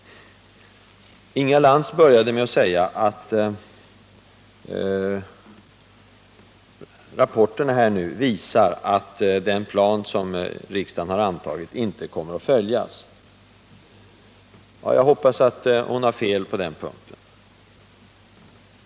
Inga Lantz började med att säga, att rapporterna visar att den plan som riksdagen har antagit inte kommer att följas. Jag hoppas att hon har fel på den punkten.